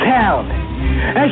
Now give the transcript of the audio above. town